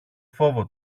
φόβο